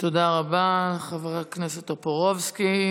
תודה רבה, חבר הכנסת טופורובסקי.